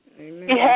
Amen